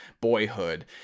Boyhood